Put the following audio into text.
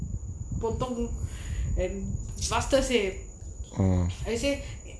potong and faster said I say